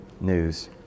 news